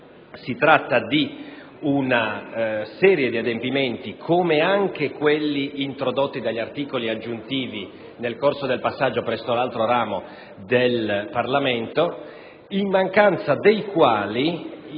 Si tratta di una serie di adempimenti - come anche quelli contenuti negli articoli aggiuntivi introdotti nel corso dell'esame presso l'altro ramo del Parlamento - in mancanza dei quali,